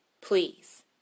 please